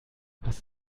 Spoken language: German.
was